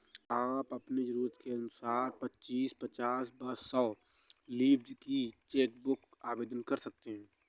आप अपनी जरूरत के अनुसार पच्चीस, पचास व सौ चेक लीव्ज की चेक बुक आवेदन कर सकते हैं